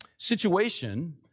Situation